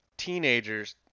Teenagers